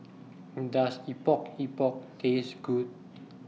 Does Epok Epok Taste Good